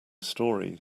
story